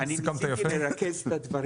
לא, לא, אני ניסיתי לרכז את הדברים.